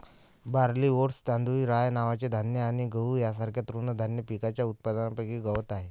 barley, oats, तांदूळ, rye नावाचे धान्य आणि गहू यांसारख्या तृणधान्य पिकांच्या उत्पादनापैकी गवत आहे